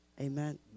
Amen